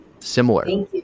Similar